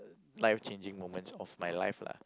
life changing moments of my life lah